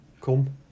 come